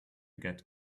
get